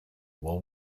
while